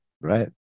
Right